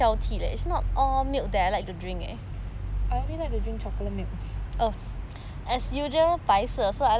I only like to drink chocolate milk